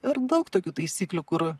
ir daug tokių taisyklių kur